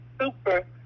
super